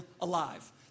alive